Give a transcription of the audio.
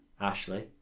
Ashley